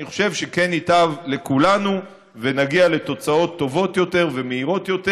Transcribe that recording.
אני חושב שכן ייטב לכולנו ונגיע לתוצאות טובות יותר ומהירות יותר,